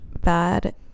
bad